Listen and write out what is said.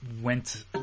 went